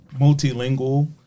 multilingual